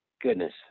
goodness